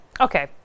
okay